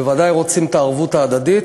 אנחנו ודאי רוצים את הערבות ההדדית,